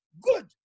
good